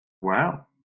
Wow